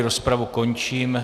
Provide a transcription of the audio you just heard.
Rozpravu končím.